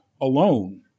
alone